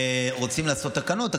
ורוצים לעשות תקנות.